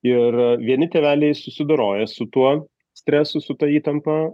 ir vieni tėveliai susidoroja su tuo stresu su ta įtampa